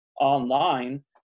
online